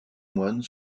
moines